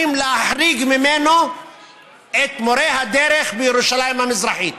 להחריג ממנו את מורי הדרך בירושלים המזרחית,